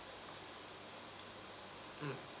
mm